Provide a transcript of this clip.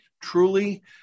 truly